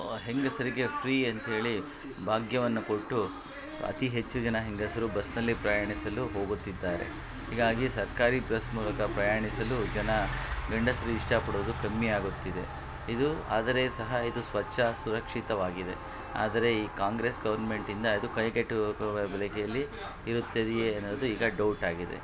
ಹೆಂಗಸರಿಗೆ ಫ್ರೀ ಅಂಥೇಳಿ ಭಾಗ್ಯವನ್ನು ಕೊಟ್ಟು ಅತಿ ಹೆಚ್ಚು ಜನ ಹೆಂಗಸರು ಬಸ್ನಲ್ಲಿ ಪ್ರಯಾಣಿಸಲು ಹೋಗುತ್ತಿದ್ದಾರೆ ಹೀಗಾಗಿ ಸರ್ಕಾರಿ ಬಸ್ ಮೂಲಕ ಪ್ರಯಾಣಿಸಲು ಜನ ಗಂಡಸರು ಇಷ್ಟಪಡೋದು ಕಮ್ಮಿ ಆಗುತ್ತಿದೆ ಇದು ಆದರೆ ಸಹ ಇದು ಸ್ವಚ್ಛ ಸುರಕ್ಷಿತವಾಗಿದೆ ಆದರೆ ಈ ಕಾಂಗ್ರೆಸ್ ಗೌರ್ಮೆಂಟಿಂದ ಇದು ಕೈಗೆಟಕುವ ಬಳಕೆಯಲ್ಲಿ ಇರುತ್ತದೆಯೇ ಎನ್ನೋದು ಈಗ ಡೌಟಾಗಿದೆ